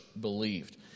believed